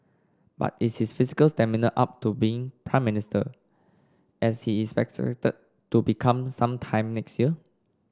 but is his physical stamina up to being Prime Minister as he is expected to become some time next year